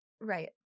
Right